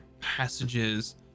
passages